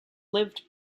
lived